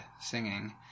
singing